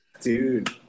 Dude